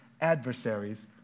adversaries